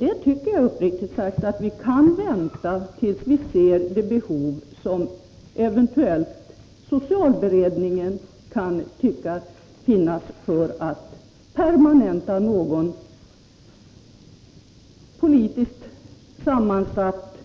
Därför tycker jag uppriktigt sagt att vi kan vänta tills vi vet om socialberedningen anser att det finns ett behov att permanenta någon politiskt sammansatt